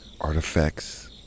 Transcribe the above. artifacts